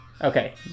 Okay